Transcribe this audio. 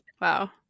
Wow